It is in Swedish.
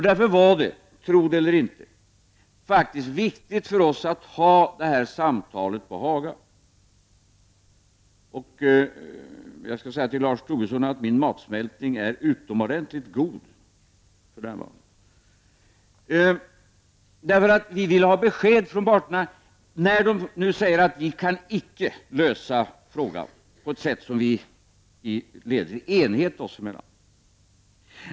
Därför var det — tro det eller inte — faktiskt viktigt för oss att ha detta samtal på Haga. — Min matsmältning är utomordentligt god för närvarande, Lars Tobisson. När nu parterna säger att de icke kan lösa frågan på ett sätt som leder till enighet dem emellan vill vi ha besked från parterna.